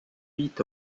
huit